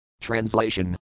Translation